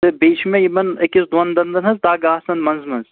تہٕ بیٚیہِ چھِ مےٚ یِمَن أکِس دۄن دَنٛدَن حظ دگ آسان منٛزٕ منٛزٕ